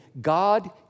God